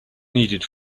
needed